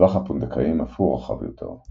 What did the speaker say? טווח הפונדקאים אף הוא רחב ביותר.